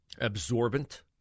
absorbent